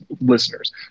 listeners